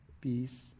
peace